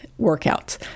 workouts